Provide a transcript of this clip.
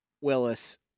Willis